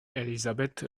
elisabeth